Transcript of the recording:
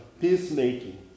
peacemaking